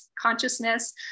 consciousness